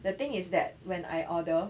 the thing is that when I order